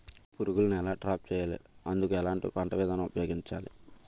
పురుగులను ఎలా ట్రాప్ చేయాలి? అందుకు ఎలాంటి పంట విధానం ఉపయోగించాలీ?